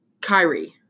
Kyrie